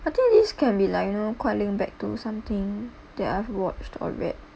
I think this can be like you know calling back to something that I've watched or read